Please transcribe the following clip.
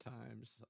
times